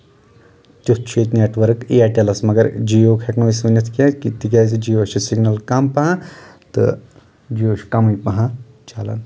تیُتھ چھُ ییٚیتہِ نیٹؤرک ایرٹلَس مگر جیو ہٮ۪کو نہٕ أسۍ ؤنِتھ کیٚنٛہہ تَکیازِ جیووَس چھِ سِگنل کَم پہن تہٕ جیو چھُ کَمے پہم چلان